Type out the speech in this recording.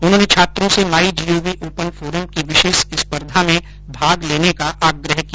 उन्होंने छात्रों से माई जीओवी ओपन फोरम की विशेष स्पर्धा में भाग लेने का आग्रह किया